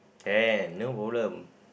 can no problem